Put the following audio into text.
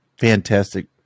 Fantastic